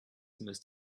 must